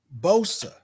Bosa